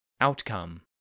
Outcome